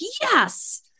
yes